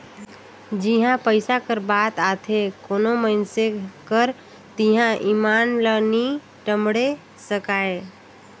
जिहां पइसा कर बात आथे कोनो मइनसे कर तिहां ईमान ल नी टमड़े सकाए